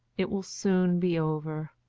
it will soon be over.